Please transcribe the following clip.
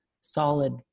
solid